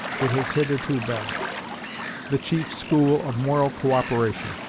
it has hitherto been the chief school of moral co-operation.